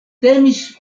temis